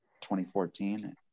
2014